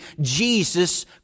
Jesus